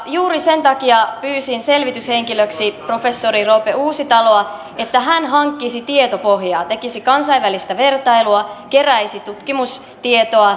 juuri sen takia pyysin selvityshenkilöksi professori roope uusitaloa että hän hankkisi tietopohjaa tekisi kansainvälistä vertailua keräisi tutkimustietoa